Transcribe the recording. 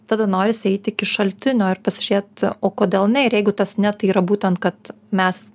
tada norisi eiti iki šaltinio ir pasižiūrėt o kodėl ne ir jeigu tas ne tai yra būtent kad mes